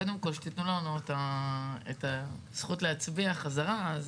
קודם כול שתיתנו לנו את הזכות להצביע חזרה,